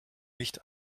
nicht